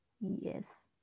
Yes